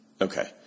Okay